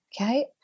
Okay